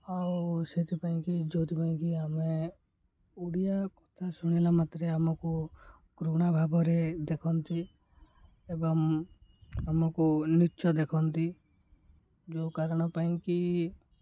ଆଉ ସେଥିପାଇଁ କିି ଯେଉଁଥିପାଇଁ କିି ଆମେ ଓଡ଼ିଆ କଥା ଶୁଣିଲା ମାତ୍ରେ ଆମକୁ ଘୃଣା ଭାବରେ ଦେଖନ୍ତି ଏବଂ ଆମକୁ ନୀଚ୍ଚ ଦେଖନ୍ତି ଯେଉଁ କାରଣ ପାଇଁକି